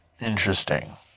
interesting